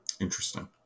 Interesting